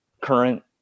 current